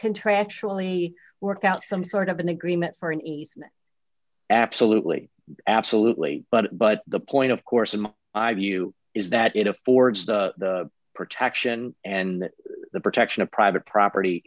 contractually work out some sort of an agreement for an easement absolutely absolutely but but the point of course and i view is that it affords the protection and that the protection of private property